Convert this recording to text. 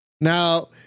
Now